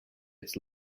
its